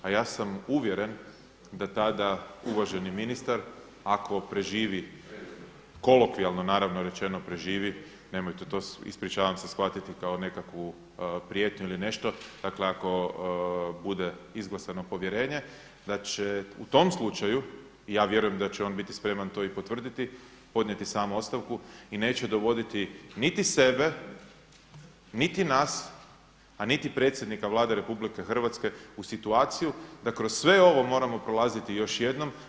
A ja sam uvjeren da tada uvaženi ministar ako preživi kolokvijalno naravno rečeno preživi, nemojte to, ispričavam se, shvatiti kao nekakvu prijetnju ili nešto, dakle ako bude izglasano povjerenje da će u tom slučaju i ja vjerujem da će on biti spreman to i potvrditi ponijeti sam ostavku i neće dovoditi niti sebe, niti nas, a niti predsjednika Vlade Republike Hrvatske u situaciju da kroz ovo sve moramo prolaziti još jednom.